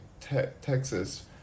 Texas